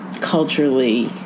culturally